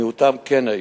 מיעוטם כן היו.